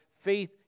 Faith